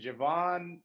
Javon